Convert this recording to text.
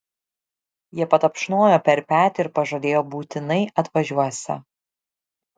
jie patapšnojo per petį ir pažadėjo būtinai atvažiuosią